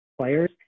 players